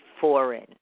foreign